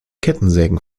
kettensägen